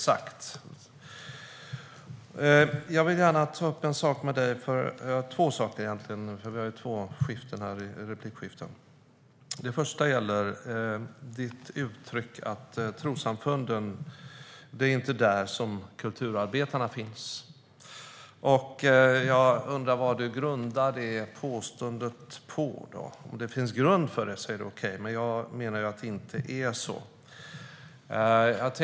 Jag vill ta upp två saker med dig. Vi har två replikskiften här. Det första gäller ditt uttryck att det inte är i trossamfunden som kulturarbetarna finns. Jag undrar vad du grundar det påståendet på. Om det finns grund för det är det okej. Men jag menar att det inte är så.